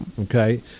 okay